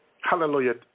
Hallelujah